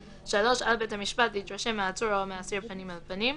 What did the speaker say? (3) על בית המשפט להתרשם מהעצור או מהאסיר פנים אל פנים,